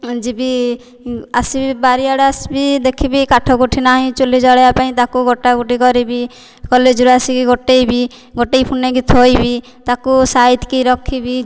ଯିବି ଆସିବି ବାରି ଆଡ଼େ ଆସିବି ଦେଖିବି କାଠ କୋଠି ନାହିଁ ଚୁଲି ଜଳେଇବା ପାଇଁ ତାକୁ ଗୋଟା ଗୋଟି କରିବି କଲେଜରୁ ଆସିକି ଗୋଟେଇବି ଗୋଟେଇକି ପୁଣି ନେଇକି ଥୋଇବି ତାକୁ ସାଇତିକି ରଖିବି